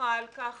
מחא על כך,